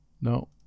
No